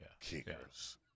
Kickers